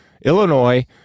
Illinois